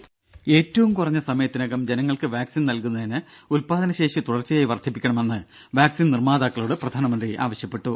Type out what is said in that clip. ദേദ ഏറ്റവും കുറഞ്ഞ സമയത്തിനകം ജനങ്ങൾക്ക് വാക്സിൻ നൽകുന്നതിന് ഉത്പാദന ശേഷി തുടർച്ചയായി വർദ്ധിപ്പിക്കണമെന്ന് വാക്സിൻ നിർമ്മാതാക്കളോട് പ്രധാനമന്ത്രി ആവശ്യപ്പെട്ടു